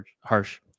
Harsh